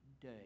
day